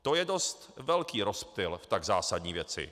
To je dost velký rozptyl v tak zásadní věci.